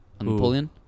Napoleon